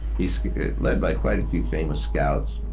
he's led by quite a few famous scouts.